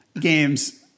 games